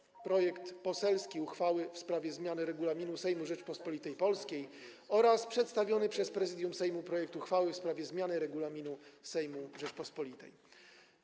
poselski projekt uchwały w sprawie zmiany Regulaminu Sejmu Rzeczypospolitej Polskiej oraz przedstawiony przez Prezydium Sejmu projekt uchwały w sprawie zmiany Regulaminu Sejmu Rzeczypospolitej Polskiej.